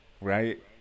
right